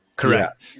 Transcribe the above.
Correct